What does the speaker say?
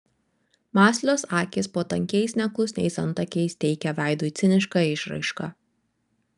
mąslios akys po tankiais neklusniais antakiais teikė veidui cinišką išraišką